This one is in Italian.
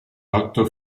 otto